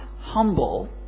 humble